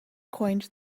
coined